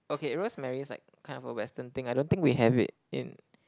okay rosemary is like kind of a western thing I don't think we have it in